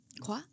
quoi